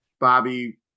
bobby